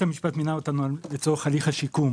בית המשפט מינה אותנו לצורך השיקום.